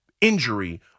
injury